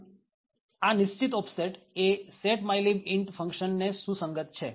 આમ આ નિશ્ચિત ઓફસેટ એ set mylib int ફંક્શન ને સુસંગત છે